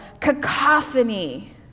cacophony